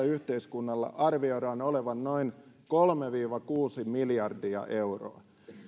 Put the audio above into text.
yhteiskunnalle arvioidaan olevan noin kolme viiva kuusi miljardia euroa